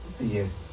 Yes